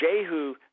Jehu